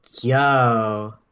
Yo